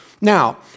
Now